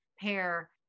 pair